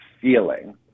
feeling